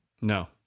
No